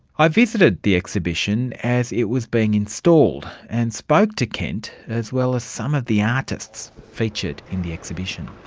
i visited the exhibition as it was being installed, and spoke to kent, as well as some of the artists featured in the exhibition.